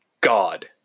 god